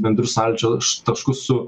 bendrus sąlyčio taškus su